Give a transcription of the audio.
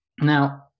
Now